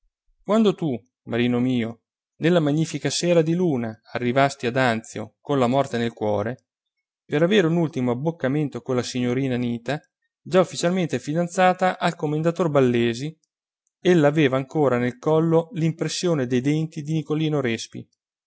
quando tu marino mio nella magnifica sera di luna arrivasti ad anzio con la morte nel cuore per avere un ultimo abboccamento con la signorina anita già ufficialmente fidanzata al commendator ballesi ella aveva ancora nel collo l'impressione dei denti di nicolino respi